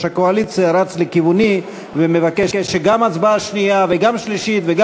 הקואליציה רץ לכיווני ומבקש שגם הצבעה שנייה וגם שלישית וגם